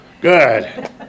Good